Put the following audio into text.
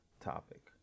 topic